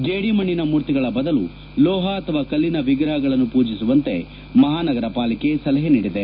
ಜೇಡಿಮಣ್ಣಿನ ಮೂರ್ತಿಗಳ ಬದಲು ಲೋಹ ಅಥವಾ ಕಲ್ಲಿನ ವಿಗ್ರಹಗಳನ್ನು ಮೂಜಿಸುವಂತೆ ಮಹಾನಗರ ಪಾಲಿಕೆ ಸಲಹೆ ನೀಡಿದೆ